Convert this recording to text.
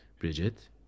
Bridget